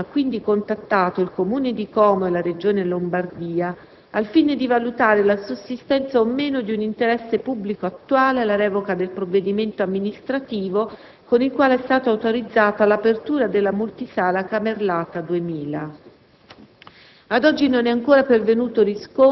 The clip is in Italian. La Direzione generale per il cinema ha quindi contattato il Comune di Como e la Regione Lombardia al fine di valutare la sussistenza o meno di un interesse pubblico attuale alla revoca del provvedimento amministrativo con il quale è stata autorizzata l'apertura della multisala Camerlata 2000.